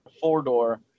four-door